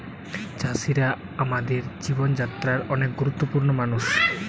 চাষিরা আমাদের জীবন যাত্রায় অনেক গুরুত্বপূর্ণ মানুষ